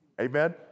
amen